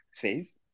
phase